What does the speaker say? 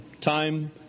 time